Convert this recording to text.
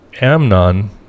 Amnon